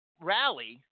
rally